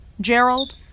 Gerald